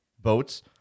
boats